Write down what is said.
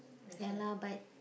ya lah but